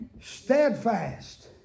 steadfast